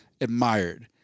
admired